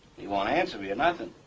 he won't answer me or nothing.